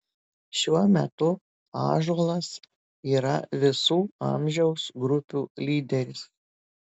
šiuo metu ąžuolas yra visų amžiaus grupių lyderis